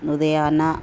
ఉదయాన